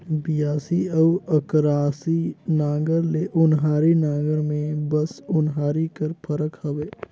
बियासी अउ अकरासी नांगर ले ओन्हारी नागर मे बस ओन्हारी कर फरक हवे